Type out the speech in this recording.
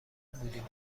بودیم